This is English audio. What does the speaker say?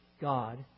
God